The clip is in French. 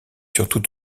surtout